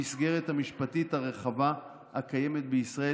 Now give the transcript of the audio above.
המסגרת המשפטית הרחבה הקיימת בישראל